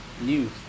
news